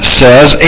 says